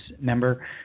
member